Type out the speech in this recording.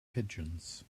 pigeons